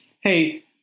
hey